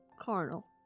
carnal